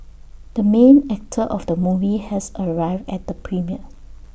the main actor of the movie has arrived at the premiere